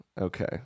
Okay